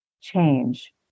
change